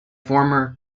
former